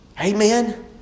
Amen